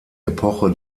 epoche